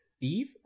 Eve